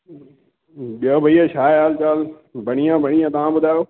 ॿियो भईया छा आहे हाल चाल बढ़िया बढ़िया तव्हां ॿुधायो